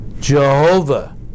Jehovah